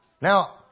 Now